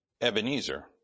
Ebenezer